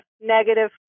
negative